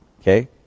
okay